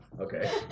Okay